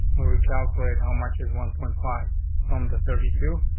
when we calculate how much is one point five from the thirty two.